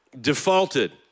defaulted